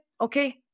okay